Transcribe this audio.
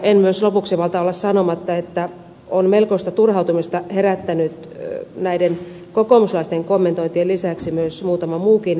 en myöskään lopuksi malta olla sanomatta että on melkoista turhautumista herättänyt näiden kokoomuslaisten kommentointien lisäksi muutama muukin väittämä